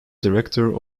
director